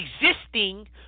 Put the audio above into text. existing